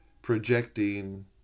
projecting